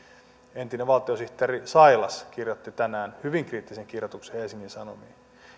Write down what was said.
entinen valtiosihteeri sailas kirjoitti tänään hyvin kriittisen kirjoituksen helsingin sanomiin